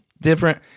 different